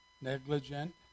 negligent